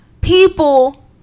people